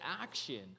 action